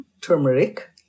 turmeric